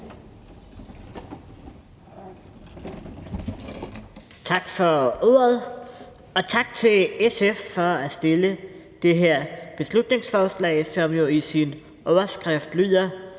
Tak for ordet, og tak til SF for at fremsætte det her forslag, som jo i sin overskrift lyder: